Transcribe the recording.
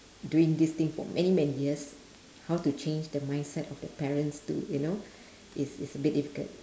doing this thing for many many years how to change the mindset of the parents to you know it's it's a bit difficult